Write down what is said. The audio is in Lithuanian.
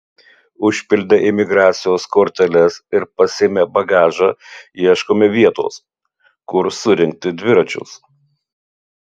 užpildę imigracijos korteles ir pasiėmę bagažą ieškome vietos kur surinkti dviračius